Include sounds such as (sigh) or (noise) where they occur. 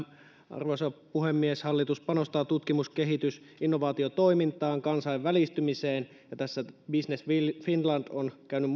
arvoisa puhemies hallitus panostaa tutkimus kehitys ja innovaatiotoimintaan kansainvälistymiseen ja tässä business finland on käynyt (unintelligible)